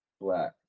black